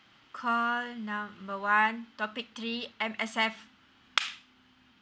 call number one topic three M_S_F